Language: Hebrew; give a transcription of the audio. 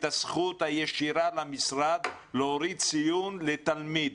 הזכות הישירה למשרד להוריד ציון לתלמיד?